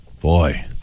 Boy